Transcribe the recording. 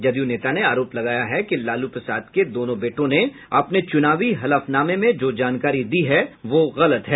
जदयू नेता ने आरोप लगाया है कि लालू प्रसाद के दोनों बेटों ने अपने चुनावी हलफ्नामे में जो जानकारी दी है वो गलत है